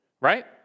right